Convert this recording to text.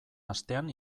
astean